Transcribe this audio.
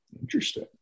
Interesting